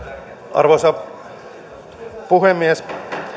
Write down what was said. arvoisa puhemies